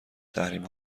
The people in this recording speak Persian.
تحریم